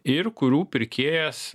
ir kurių pirkėjas